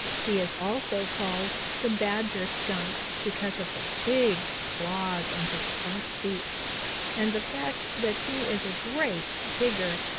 he is also called the badger skunk because of the big claws on his front feet and the fact that he is a great digger.